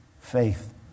faith